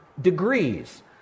degrees